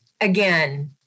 again